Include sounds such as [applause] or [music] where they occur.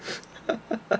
[breath] [coughs]